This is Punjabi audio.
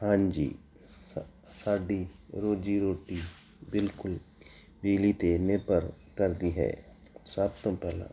ਹਾਂਜੀ ਸ ਸਾਡੀ ਰੋਜ਼ੀ ਰੋਟੀ ਬਿਲਕੁਲ ਬਿਜਲੀ 'ਤੇ ਨਿਰਭਰ ਕਰਦੀ ਹੈ ਸਭ ਤੋਂ ਪਹਿਲਾਂ